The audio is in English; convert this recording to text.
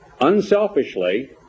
unselfishly